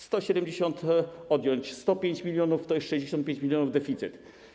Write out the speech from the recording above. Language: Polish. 170 mln odjąć 105 mln to jest 65 mln - deficyt.